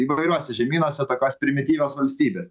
įvairiuose žemynuose tokios primityvios valstybės